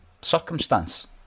Circumstance